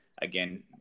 Again